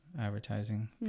advertising